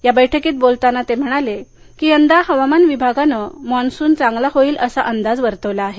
या बैठकीत बोलताना ते म्हणाले की यंदा हवामान विभागाने मान्सून चांगला होईल असा अंदाज वर्तविला आहे